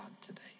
today